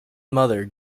mother